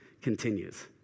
continues